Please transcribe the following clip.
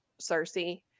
Cersei